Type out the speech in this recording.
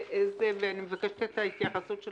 ואני מבקשת את ההתייחסות של